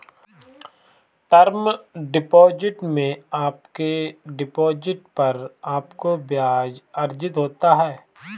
term deposit में आपके deposit पर आपको ब्याज़ अर्जित होता है